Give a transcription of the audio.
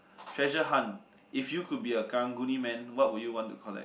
treasure hunt if you could be a Karang-Guni man what would you want to collect